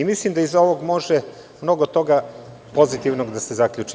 Mislim da iz ovog može mnogo toga pozitivnog da se zaključi.